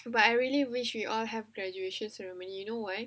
but I really wish you all have graduation ceremony you know why